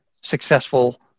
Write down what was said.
successful